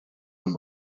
him